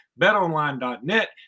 Betonline.net